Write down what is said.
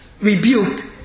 rebuked